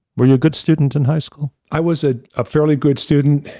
were you a good student in high school? i was ah a fairly good student.